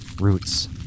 Roots